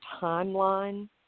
timeline